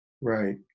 right